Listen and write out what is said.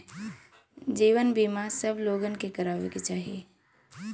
जीवन बीमा सब लोगन के करावे के चाही